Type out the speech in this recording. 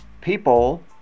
people